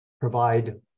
provide